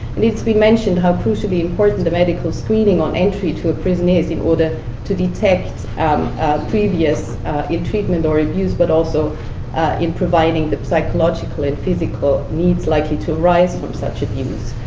needs to be mentioned how crucially important the medical screening on entry to a prison is, in order to detect a um previous ill-treatment or abuse, but also in providing the psychological and physical needs likely to rise from such abuse.